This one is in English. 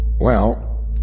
Well